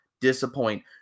disappoint